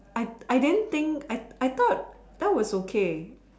I I didn't think I I thought that was okay